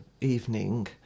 evening